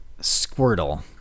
Squirtle